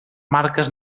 marques